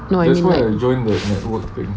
no I mean like